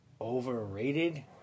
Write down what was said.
overrated